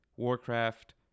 Warcraft